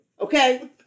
Okay